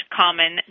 common